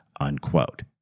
unquote